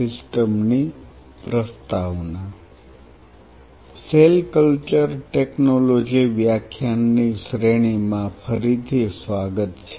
cell culture technology વ્યાખ્યાન ની શ્રેણીમાં ફરી થી સ્વાગત છે